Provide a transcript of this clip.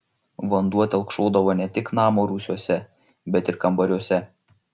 vanduo telkšodavo ne tik namo rūsiuose bet ir kambariuose